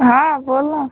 हां बोल न